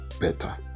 better